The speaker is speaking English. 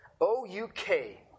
O-U-K